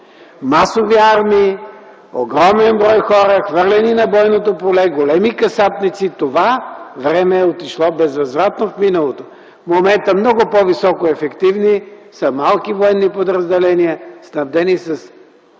масови армии, огромен брой хора, хвърлени на бойното поле, големи касапници – това време е отишло безвъзвратно в миналото. В момента много по-високоефективни са малки военни подразделения, снабдени с